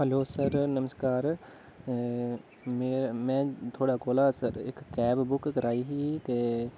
hello sir नमस्कार मैं मैं थुआढ़े कोला सर इक कैब बुक कराई ही ते